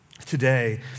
Today